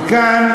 וכאן,